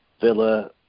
Villa